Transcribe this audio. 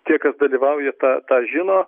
tie dalyvauja tą tą žino